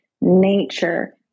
nature